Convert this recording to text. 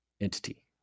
entity